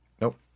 Nope